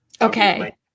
Okay